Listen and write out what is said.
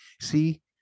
see